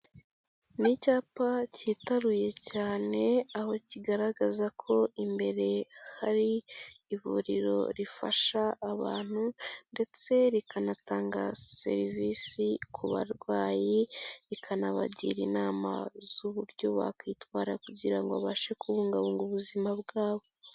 Ni icyapa cyitaruye cyane aho kigaragaza ko imbere hari ivuriro rifasha abantu ndetse rikanatanga serivisi ku barwayi, rikanabagira inama z'uburyo bakwitwara kugira ngo abashe kubungabunga ubuzima bwabo.